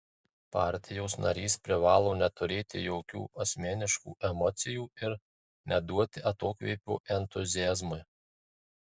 partijos narys privalo neturėti jokių asmeniškų emocijų ir neduoti atokvėpio entuziazmui